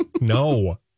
No